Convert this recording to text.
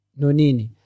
nonini